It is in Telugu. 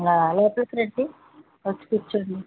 వా లోపలికి రండి వచ్చి కూర్చోండి